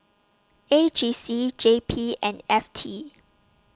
A G C J P and F T